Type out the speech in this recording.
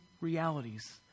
realities